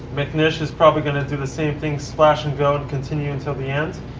mcnish is probably going to do the same thing, slash and go, and continue until the end.